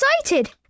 excited